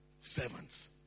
servants